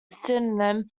pseudonym